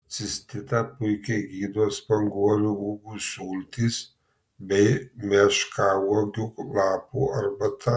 cistitą puikiai gydo spanguolių uogų sultys bei meškauogių lapų arbata